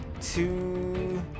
two